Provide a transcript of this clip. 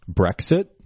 Brexit